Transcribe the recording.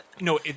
No